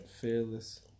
fearless